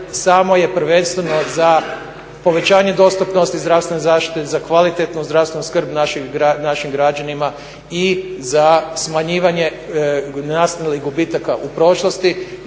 samo je prvenstveno za povećanje dostatnosti zdravstvene zaštite za kvalitetnu zdravstvenu skrb naših građana i za smanjivanje nastalih gubitaka u prošlosti.